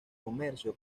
comercio